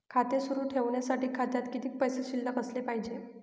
खाते सुरु ठेवण्यासाठी खात्यात किती पैसे शिल्लक असले पाहिजे?